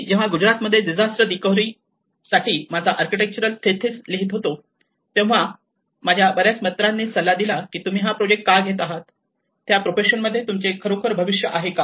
जेव्हा मी गुजरातमध्ये डिझास्टर रिकवरी माझा आर्किटेक्चरल थिसीस करत होतो तेव्हा माझ्या बर्याच मित्रांनी सल्ला दिला की तुम्ही हा प्रोजेक्ट का घेत आहात त्या प्रोफेशन मध्ये तुमचे खरोखर भविष्य आहे का